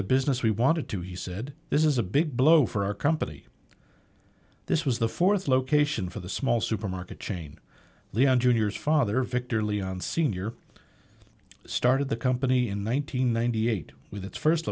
the business we wanted to he said this is a big blow for our company this was the fourth location for the small supermarket chain leon junior's father victor leon sr started the company in one nine hundred ninety eight with its first